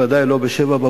בוודאי לא ב-07:00,